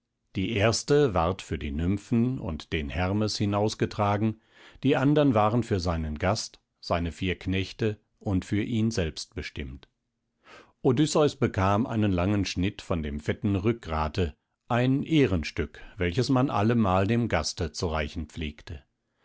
die erste ward für die nymphen und den hermes hinausgetragen die andern waren für seinen gast seine vier knechte und für ihn selbst bestimmt odysseus bekam einen langen schnitt von dem fetten rückgrate ein ehrenstück welches man allemal dem gaste zu reichen pflegte